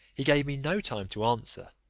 he gave me no time to answer,